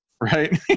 right